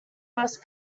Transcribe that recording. worse